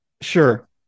Sure